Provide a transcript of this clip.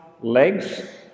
legs